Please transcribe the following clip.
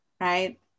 Right